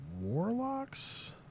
Warlocks